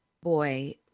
boy